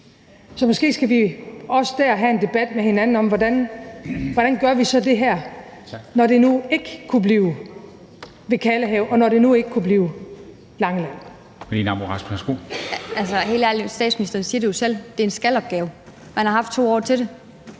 Så måske skal vi også have en debat med hinanden om, hvordan vi så gør det her, når det nu ikke kunne blive ved Kalvehave, og når det nu ikke kunne blive på Langeland.